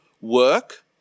work